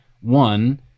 one